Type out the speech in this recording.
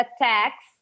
attacks